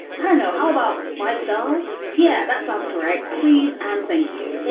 i don't know how about five stars. yeah that sounds correct. please and thank you.